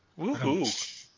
Woohoo